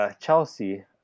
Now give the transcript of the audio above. Chelsea